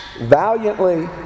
valiantly